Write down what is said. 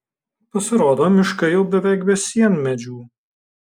pasirodo miškai jau veik be sienmedžių